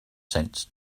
sense